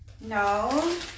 no